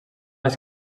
les